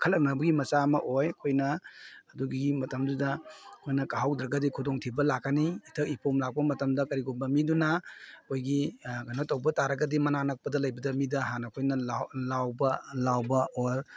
ꯀꯥꯈꯠꯂꯛꯅꯕꯒꯤ ꯃꯆꯥꯛ ꯑꯃ ꯑꯣꯏ ꯑꯩꯈꯣꯏꯅ ꯑꯗꯨꯒꯤ ꯃꯇꯝꯗꯨꯗ ꯑꯩꯈꯣꯏꯅ ꯀꯥꯍꯧꯗ꯭ꯔꯒꯗꯤ ꯈꯨꯗꯣꯡ ꯊꯤꯕ ꯂꯥꯛꯀꯅꯤ ꯏꯊꯛ ꯏꯄꯣꯝ ꯂꯥꯛꯄ ꯃꯇꯝꯗ ꯀꯔꯤꯒꯨꯝꯕ ꯃꯤꯗꯨꯅ ꯑꯩꯈꯣꯏꯒꯤ ꯀꯩꯅꯣ ꯇꯧꯕ ꯇꯥꯔꯒꯗꯤ ꯃꯅꯥꯛ ꯅꯛꯄꯗ ꯂꯩꯕꯗ ꯃꯤꯗ ꯍꯥꯟꯅ ꯑꯩꯈꯣꯏꯅ ꯂꯥꯎꯕ ꯑꯣꯔ